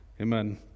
Amen